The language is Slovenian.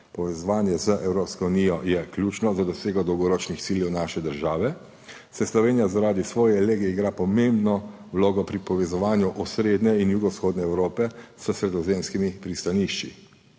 Povezovanje z Evropsko unijo je ključno za dosego dolgoročnih ciljev naše države, saj Slovenija zaradi svoje lege igra pomembno vlogo pri povezovanju Srednje in Jugovzhodne Evrope s sredozemskimi pristanišči.